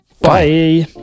Bye